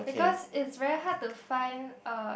because it's very to find a